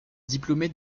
diplômée